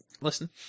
listen